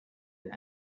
that